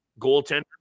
goaltender